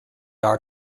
are